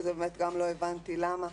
ובאמת לא הבנתי למה,